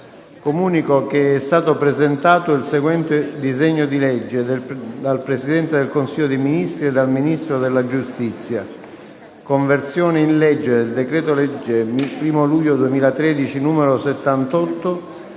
Comunico che è stato presentato il seguente disegno di legge: *dal Presidente del Consiglio dei ministri e dal Ministro della giustizia:* «Conversione in legge del decreto-legge 1° luglio 2013, n. 78,